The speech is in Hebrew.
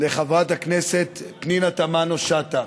לחברת הכנסת פנינה תמנו-שטה,